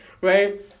right